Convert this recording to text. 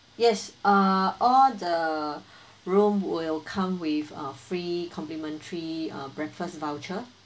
yes uh all the room will come with uh free complementary uh breakfast voucher